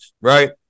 right